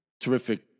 terrific